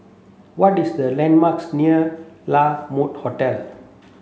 what is the landmarks near La Mode Hotel